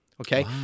Okay